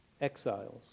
exiles